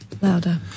Louder